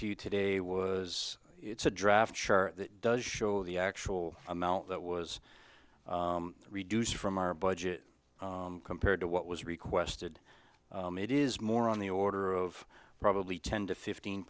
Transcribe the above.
you today was it's a draft sure does show the actual amount that was reduced from our budget compared to what was requested it is more on the order of probably ten to fifteen